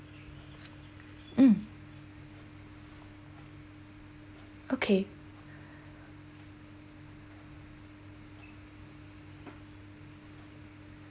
um okay